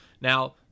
Now